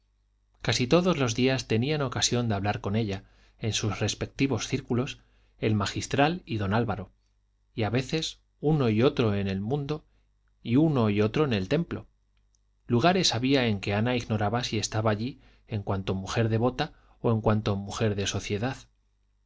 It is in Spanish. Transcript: casi todos los días tenían ocasión de hablar con ella en sus respectivos círculos el magistral y don álvaro y a veces uno y otro en el mundo y uno y otro en el templo lugares había en que ana ignoraba si estaba allí en cuanto mujer devota o en cuanto mujer de sociedad